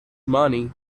money